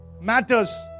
matters